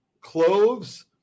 Cloves